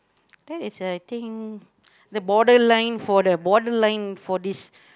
that is I think the borderline for the borderline for this